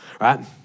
right